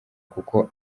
kuko